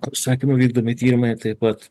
užsakymu vykdomi tyrimai taip pat